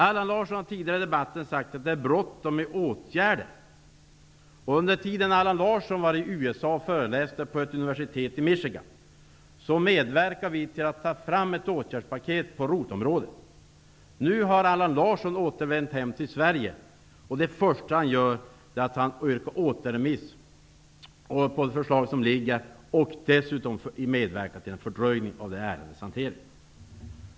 Allan Larsson har tidigare i debatten sagt att det är bråttom med att vidta åtgärder. Under tiden Allan Larsson var i USA och föreläste på ett universitet i Michigan, medverkade vi till att ta fram ett åtgärdspaket på ROT-området. Nu har Allan Larsson återvänt hem till Sverige. Det första han gör är att yrka på en återremiss och dessutom medverka till en fördröjning av ärendehanteringen.